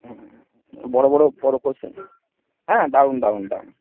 হুম হুম হুম হুম ও বড় বড় বড় কোয়েশ্চেন হ্যাঁ হ্যাঁ দারুন দারুন দারুন